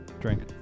Drink